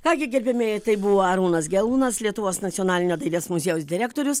ką gi gerbiamieji tai buvo arūnas gelūnas lietuvos nacionalinio dailės muziejaus direktorius